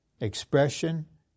expression